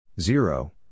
zero